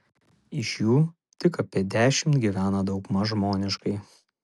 iš jų tik apie dešimt gyvena daugmaž žmoniškai